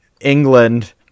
England